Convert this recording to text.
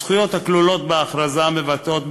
הזכויות הכלולות בהכרזה מבטאות,